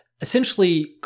essentially